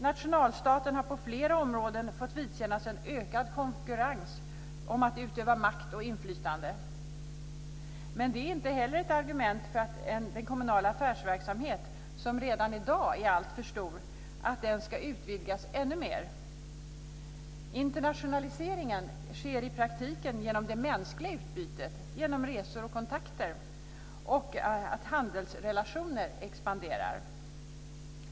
Nationalstaterna har på flera områden fått vidkännas en ökad konkurrens om att utöva makt och inflytande. Men det är inte heller ett argument för att den kommunala affärsverksamhet som redan i dag är alltför stor ska utvidgas ännu mer. Internationalisering sker i praktiken genom det mänskliga utbytet, resor och kontakter, och genom att handelsrelationer expanderar.